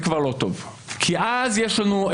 זה כבר לא טוב כי אז החמרנו.